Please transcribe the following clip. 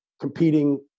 competing